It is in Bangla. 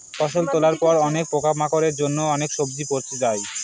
ফসল তোলার পরে অনেক পোকামাকড়ের জন্য অনেক সবজি পচে যায়